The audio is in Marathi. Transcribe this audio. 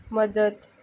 मदत